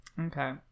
okay